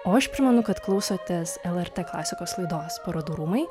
o aš primenu kad klausotės lrt klasikos laidos parodų rūmai